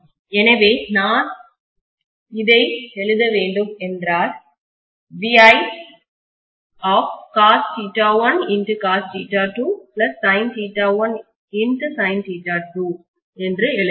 எனவே இதை நான் எழுத வேண்டும் என்றால் என்று எழுத வேண்டும்